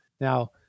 Now